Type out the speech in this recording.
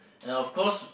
and of course